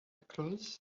clause